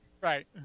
Right